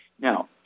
Now